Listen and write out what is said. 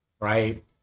Right